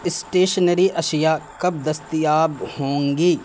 stationery اشیاء کب دستیاب ہوں گی